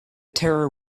terror